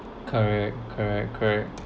correct correct correct